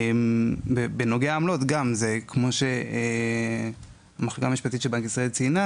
בנוגע לעמלות כמו שציינה המחלקה המשפטית של בנק ישראל,